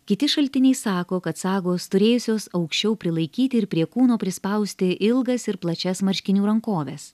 kiti šaltiniai sako kad sagos turėjusios aukščiau prilaikyti ir prie kūno prispausti ilgas ir plačias marškinių rankoves